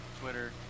twitter